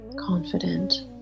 Confident